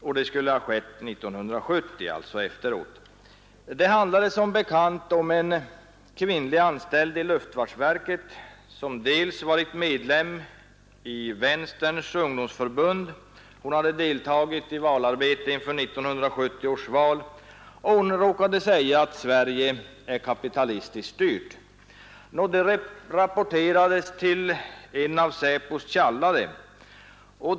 Detta skulle ha skett 1970, alltså efter det att kungörelsen utfärdades. Det handlade som bekant om en kvinnlig anställd i luftfartsverket, som varit medlem i Vänsterns ungdomsförbund och deltagit i valarbete inför 1970 års val. Hon råkade säga att Sverige är kapitalistiskt styrt, och det rapporterades av en av SÄPO:s tjallare.